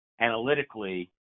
analytically